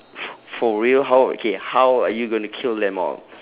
f~ for real how okay how are you gonna kill them all